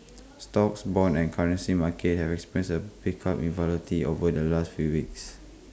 stocks bonds and currency markets have experienced A pickup in volatility over the last few weeks